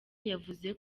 yavuze